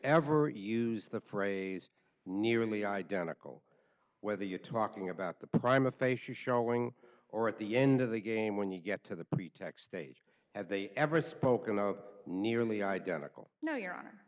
ever used the phrase nearly identical whether you're talking about the prime of face you showing or at the end of the game when you get to the pretext age have they ever spoken out nearly identical no your honor